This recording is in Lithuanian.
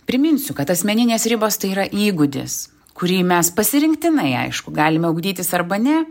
priminsiu kad asmeninės ribos tai yra įgūdis kurį mes pasirinktinai aišku galime ugdytis arba ne